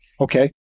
Okay